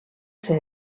ser